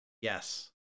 Yes